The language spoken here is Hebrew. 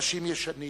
חדשים-ישנים